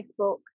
Facebook